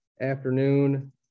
afternoon